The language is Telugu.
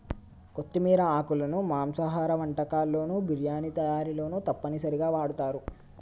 కొత్తిమీర ఆకులను మాంసాహార వంటకాల్లోను బిర్యానీ తయారీలోనూ తప్పనిసరిగా వాడుతారు